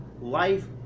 life